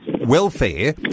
Welfare